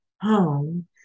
home